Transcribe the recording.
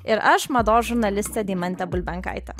ir aš mados žurnalistė deimantė bulbenkaitė